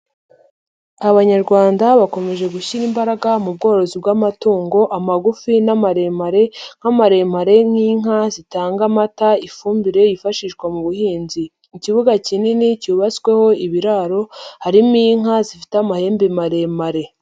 Abanyarwanda bakomeje gushyira imbaraga mu bworozi bw'amatungo amagufi n'amaremare, nk'amaremare nk'inka zitanga amata, ifumbire yifashishwa mu buhinzi. Ikibuga kinini cyubatsweho ibiraro harimo inka zifite amahembe maremare.